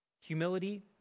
Humility